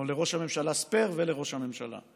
או לראש הממשלה ספייר ולראש הממשלה.